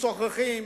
משוחחים,